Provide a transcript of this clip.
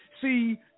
See